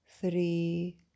three